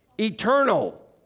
Eternal